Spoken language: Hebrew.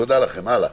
הלאה.